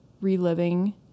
reliving